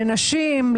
לנשים,